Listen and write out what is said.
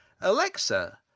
Alexa